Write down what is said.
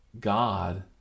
God